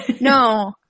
No